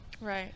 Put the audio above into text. right